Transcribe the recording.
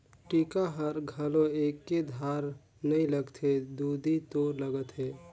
टीका हर घलो एके धार नइ लगथे दुदि तोर लगत हे